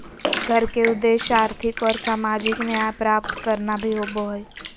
कर के उद्देश्य आर्थिक और सामाजिक न्याय प्राप्त करना भी होबो हइ